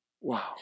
Wow